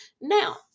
Now